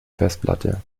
festplatte